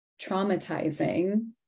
traumatizing